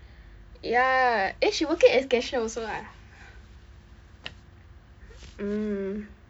ya eh she working as cashier also ah mm